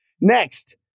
Next